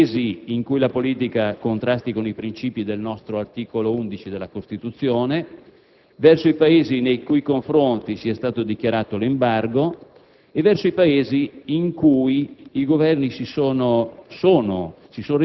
che quindi sono in contrasto con i principi dell'articolo 51 della Carta delle Nazioni Unite, verso i Paesi in cui la politica contrasti con i principi dell'articolo 11 della nostra Costituzione,